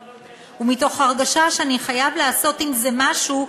ומתוך הרגשה שאני חייב לעשות עם זה משהו,